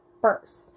first